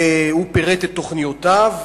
והוא פירט את תוכניותיו,